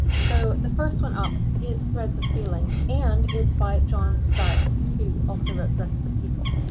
so the first one up is threads of feeling and it's by john styles, who also wrote dress of the people.